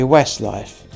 Westlife